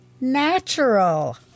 natural